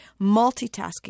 multitasking